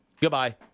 goodbye